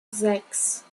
sechs